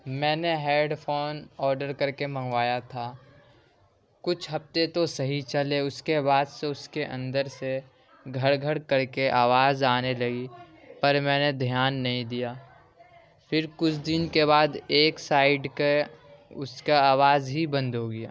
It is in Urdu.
میں نے ہیڈ فون آرڈر کر کے منگوایا تھا کچھ ہفتے تو صحیح چلے اس کے بعد سے اس کے اندر سے گھڑ گھڑ کرکے آواز آنے لگی پر میں نے دھیان نہیں دیا پھر کچھ دن کے بعد ایک سائڈ کے اس کا آواز ہی بند ہو گیا